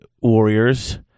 warriors